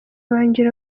wanjye